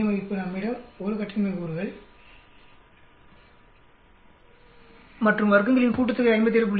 இடை மதிப்பு நம்மிடம் 1 கட்டின்மை கூறுகள் மற்றும் வர்க்கங்களின் கூட்டுத்தொகை 57